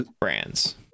brands